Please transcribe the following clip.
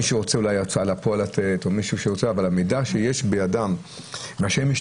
הוצאה לפועל או מישהו אחר אבל המידע שיש בידם ומשתמשים